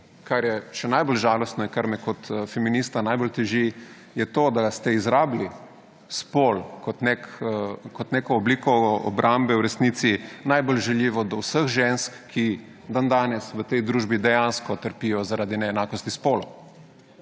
kar je še najbolj žalostno in kar me kot feminista najbolj teži, je to, da ste izrabili spol kot neko obliko obrambe v resnici najbolj žaljivo do vseh žensk, ki dandanes v tej družbi dejansko trpijo zaradi neenakosti spolov.